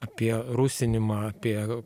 apie rusinimą apie